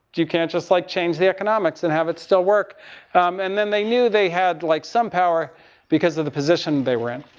you can't just like change the economics and have it still work um and then they knew they had like some power because of the position they were in.